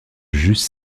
juste